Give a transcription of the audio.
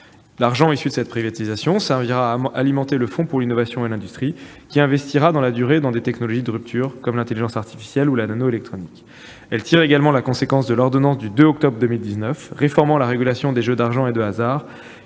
L'argent issu de cette privatisation servira à alimenter le fonds pour l'innovation et l'industrie, qui investira dans la durée dans des technologies de rupture, comme l'intelligence artificielle ou la nanoélectronique. Ces textes tirent également la conséquence de l'ordonnance du 2 octobre 2019 réformant la régulation des jeux d'argent et de hasard,